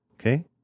Okay